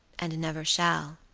and never shall,